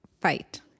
fight